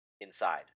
inside